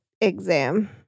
exam